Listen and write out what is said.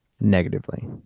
negatively